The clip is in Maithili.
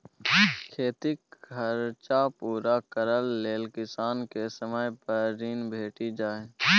खेतीक खरचा पुरा करय लेल किसान केँ समय पर ऋण भेटि जाइए